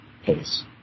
Pace